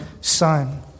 Son